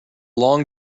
long